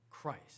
Christ